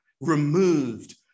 removed